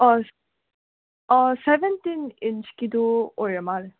seventeen ꯏꯟꯁꯀꯤꯗꯣ ꯑꯣꯏꯔ ꯃꯥꯜꯂꯦ